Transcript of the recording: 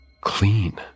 clean